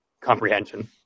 comprehension